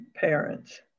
parents